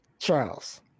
Charles